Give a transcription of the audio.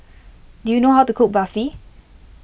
do you know how to cook Barfi